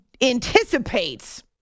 anticipates